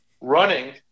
running